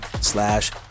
slash